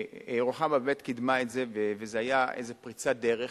רוחמה באמת קידמה את זה וזו היתה איזו פריצת דרך.